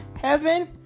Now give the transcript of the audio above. heaven